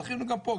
זכינו גם פה,